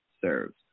serves